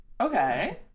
Okay